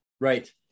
Right